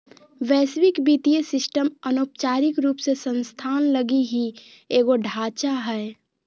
वैश्विक वित्तीय सिस्टम अनौपचारिक रूप से संस्थान लगी ही एगो ढांचा हय